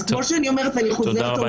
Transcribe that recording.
אז אני חוזרת ואומרת --- תודה רבה,